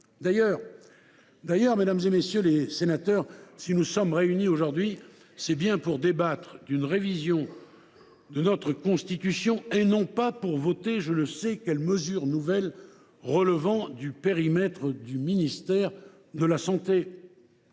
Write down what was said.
Au reste, mesdames, messieurs les sénateurs, si nous sommes réunis aujourd’hui, c’est bien pour débattre d’une révision de notre Constitution, et non pour voter je ne sais quelle mesure nouvelle relevant du périmètre du ministère de la santé.